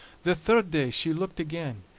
the third day she looked again,